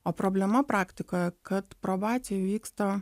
o problema praktikoje kad probacija vyksta